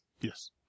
Yes